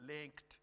linked